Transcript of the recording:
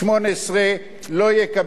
לא יקבל הטבות מהמדינה.